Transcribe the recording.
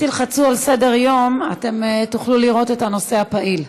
אם תלחצו על סדר-יום תוכלו לראות את הנושא הפעיל,